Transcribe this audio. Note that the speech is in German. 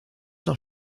noch